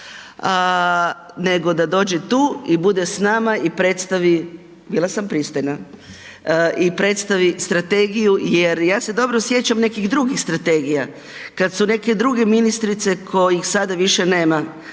nego da dođe tu i bude s nama i predstavi, bila sam pristojna, i predstavi strategiju. Jer ja se dobro sjećam nekih drugih strategija, kad su neke druge ministrice kojih sada više nema,